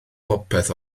popeth